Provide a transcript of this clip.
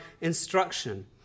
instruction